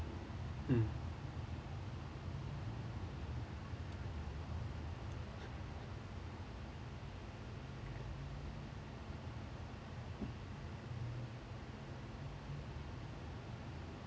mm